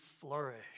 flourish